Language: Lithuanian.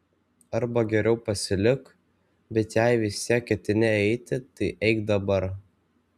arba geriau pasilik bet jei vis tiek ketini eiti tai eik dabar